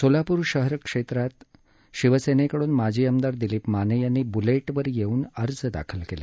सोलापूर शहर क्षेत्रात शिवसेनेकडून माजी आमदार दिलीप माने यांनी बुलेटवर येऊन अर्ज दाखल केला